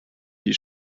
die